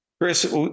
Chris